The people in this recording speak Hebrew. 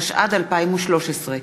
התשע"ד 2013,